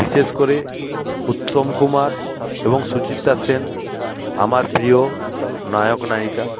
বিশেষ করে উত্তম কুমার এবং সুচিত্রা সেন আমার প্রিয় নায়ক নায়িকা